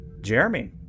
jeremy